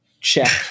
check